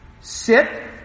sit